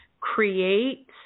create